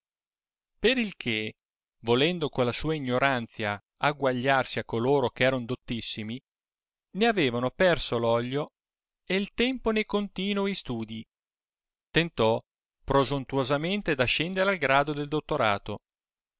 per il che volendo con la sua ignoranzia agguagliarsi a coloro eh erano dottissimi né avevano perso l'oglio e il tempo ne continoi studij tentò prosontuosamente d ascendere al grado del dottorato